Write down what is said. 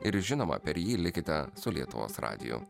ir žinoma per jį likite su lietuvos radiju